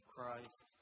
Christ